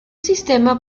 sistema